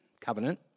covenant